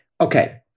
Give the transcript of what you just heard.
okay